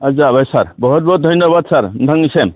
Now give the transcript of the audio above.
जाबाय सार बहुत बहुत धन्य'बाद सार नोंथांनिसिम